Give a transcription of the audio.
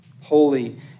holy